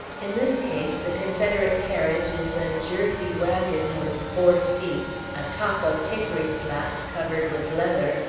in this case the confederate carriage is a jersey wagon with four seats, a top of hickory slats covered with leather,